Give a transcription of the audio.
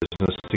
business